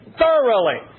thoroughly